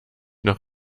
noch